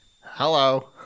Hello